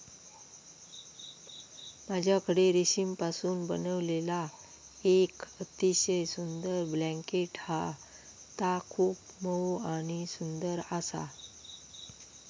माझ्याकडे रेशीमपासून बनविलेला येक अतिशय सुंदर ब्लँकेट हा ता खूप मऊ आणि सुंदर आसा